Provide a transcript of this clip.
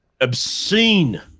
obscene-